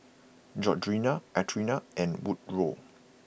Georgina Athena and Woodroe